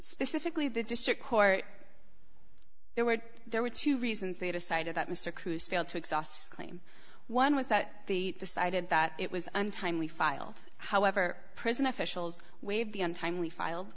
specifically the district court there were there were two reasons they decided that mr cruz failed to exhaust claim one was that they decided that it was on time we filed however prison officials waived the untimely filed